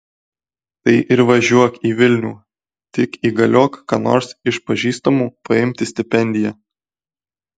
tai ir važiuok į vilnių tik įgaliok ką nors iš pažįstamų paimti stipendiją